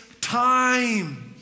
time